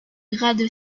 gratte